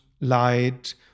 light